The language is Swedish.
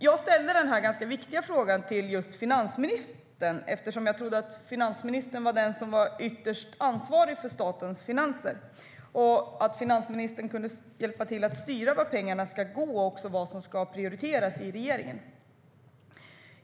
Jag ställde denna ganska viktiga fråga till just finansministern eftersom jag trodde att finansministern var den som var ytterst ansvarig för statens finanser och att finansministern kunde hjälpa till att styra vart pengarna ska gå och vad som ska prioriteras i regeringen.